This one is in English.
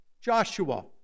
Joshua